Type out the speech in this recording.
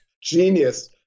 genius